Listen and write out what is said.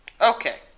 Okay